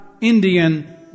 Indian